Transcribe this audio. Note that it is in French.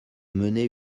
mener